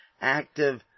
active